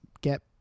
get